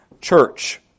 church